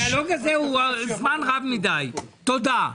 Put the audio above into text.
תודה.